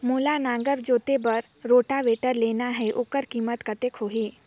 मोला नागर जोते बार रोटावेटर लेना हे ओकर कीमत कतेक होही?